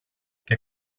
και